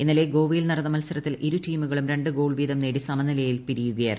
ഇന്നലെ ഗോവയിൽ നടന്ന മത്സരത്തിൽ ഇരു ടീമുകളും രണ്ട് ഗോൾ വീതം നേടി സമനിലയിൽ പിരിയുകയായിരുന്നു